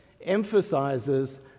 emphasizes